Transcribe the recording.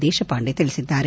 ದೇಶಪಾಂಡೆ ತಿಳಿಸಿದ್ದಾರೆ